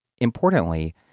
Importantly